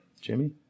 Jimmy